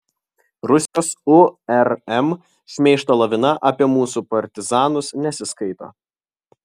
rusijos urm šmeižto lavina apie mūsų partizanus nesiskaito